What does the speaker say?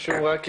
חשוב רק,